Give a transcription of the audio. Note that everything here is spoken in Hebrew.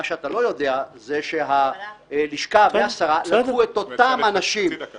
מה שאתה לא יודע זה שהלשכה והשרה לקחו את אותם האנשים